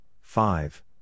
five